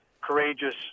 courageous